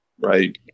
Right